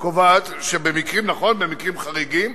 קובעת שבמקרים חריגים,